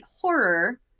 horror